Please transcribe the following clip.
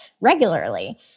regularly